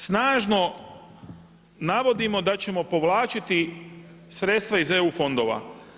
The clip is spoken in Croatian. Snažno navodimo da ćemo povlačiti sredstva iz eu fondova.